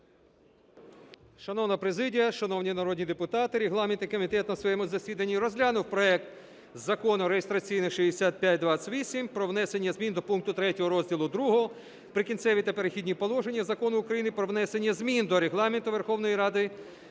Шановна президія, шановні народні депутати! Регламентний комітет на своєму засіданні розглянув проект закону (реєстраційний 6528) про внесення зміни до пункту 3 розділу II "Прикінцеві та перехідні положення" Закону України про внесення змін до Регламенту Верховної Ради